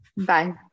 Bye